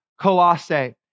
Colossae